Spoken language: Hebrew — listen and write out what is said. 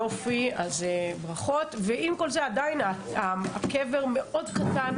יופי, ברכות, אבל עם כל זה, עדיין הקבר מאוד קטן